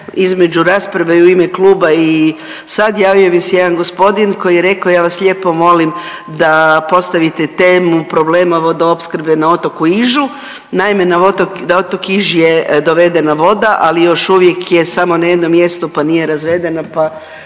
između rasprave u ime kluba i sad javio mi se jedan gospodin koji je rekao ja vas lijepo molim da postavite temu problema vodoopskrbe na otoku Ižu. Naime, na otok Iž je dovedena voda ali još uvijek je samo na jednom mjestu pa nije razvedena